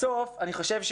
בסוף אני חושב,